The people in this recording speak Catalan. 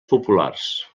populars